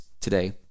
today